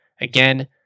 Again